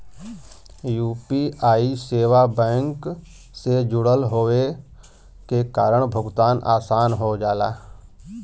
UPI सेवा bank से जुड़ल होये के कारण भुगतान आसान हो जाला